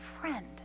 Friend